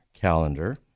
calendar